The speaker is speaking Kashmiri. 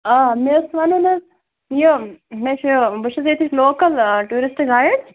آ مےٚ ٲسۍ وَنُن حظ یہِ مےٚ چھِ بہٕ چھُس ییٚتِچچ لوکَل ٹیوٗرِسٹ گایِڈ